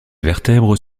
vertèbres